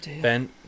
Ben